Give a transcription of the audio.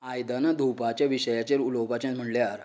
आयदनां धुवपाचे विशयाचेर उलोवपाचें म्हणल्यार